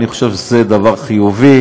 אני חושב שזה דבר חיובי,